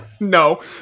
No